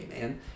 man